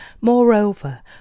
Moreover